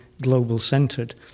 global-centred